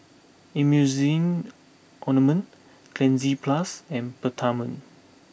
Emulsying Ointment Cleanz Plus and Peptamen